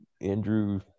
Andrew